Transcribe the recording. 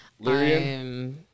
Lyrian